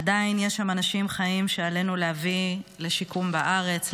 עדיין יש שם אנשים חיים שעלינו להביא לשיקום בארץ,